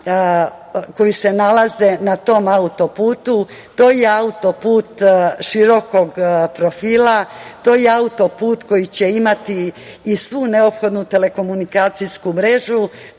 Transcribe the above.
koji se nalaze na tom autoputu, to je autoput širokog profila, to je autoput koji će imati i svu neophodnu telekomunikacijsku mrežu,